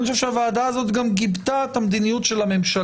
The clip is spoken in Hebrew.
אני חושב שהוועדה הזאת גם גיבתה את המדיניות של הממשלה,